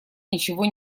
ничего